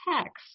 text